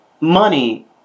money